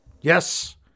Yes